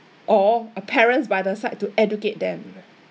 or a parents by their side to educate them